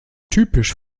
typisch